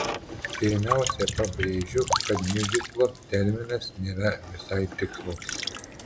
pirmiausia pabrėžiu kad miuziklo terminas nėra visai tikslus